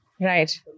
Right